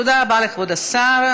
תודה רבה לכבוד השר.